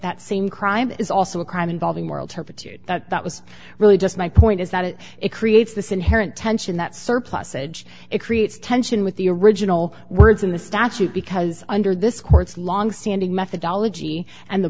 that same crime is also a crime involving moral turpitude that that was really just my point is that it it creates this inherent tension that surplusage it creates tension with the original words in the statute because under this court's long standing methodology and the